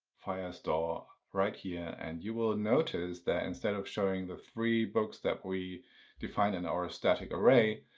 firestore right here. and you will notice that instead of showing the three books that we defined in our static array,